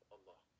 Allah